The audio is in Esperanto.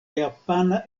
japana